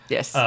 Yes